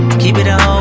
keep it a